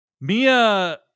Mia